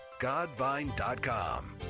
godvine.com